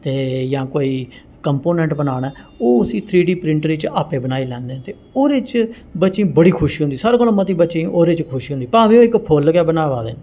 ते जां कोई कंपोनैंट बनाना ऐओह् उसी थ्री डी प्रिंटर च आपें बनाई लैंदे न ओह्दे च बच्चें बड़ी खुशी होंदी सारें कोला मती बच्चें गी ओह्दे च खुशी होंदी भावें इक फुल्ल गै बनावा दे न